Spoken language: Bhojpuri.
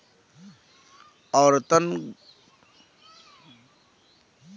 औरतन घर के सूप सुतुई बनावे क काम करेलीन